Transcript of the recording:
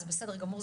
זה בסדר גמור,